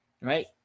right